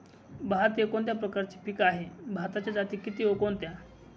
भात हे कोणत्या प्रकारचे पीक आहे? भाताच्या जाती किती व कोणत्या?